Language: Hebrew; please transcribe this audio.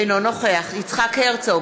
אינו נוכח יצחק הרצוג,